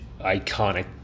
iconic